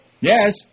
Yes